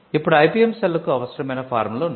ఇప్పుడు IPM cell కు అవసరమైన ఫారం లు ఉన్నాయి